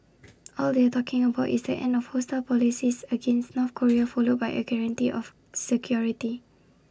all they are talking about is the end of hostile policies against North Korea followed by A guarantee of security